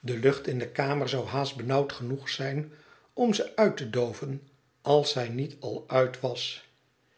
de lucht in de kamer zou haast benauwd genoeg zijn om ze uit te dooven als zij niet al uit was